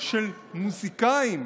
של מוזיקאים